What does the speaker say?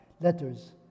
letters